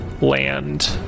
land